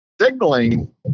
signaling